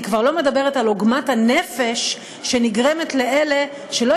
אני כבר לא מדברת על עוגמת הנפש שנגרמת לאלה שלא